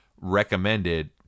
recommended